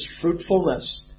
fruitfulness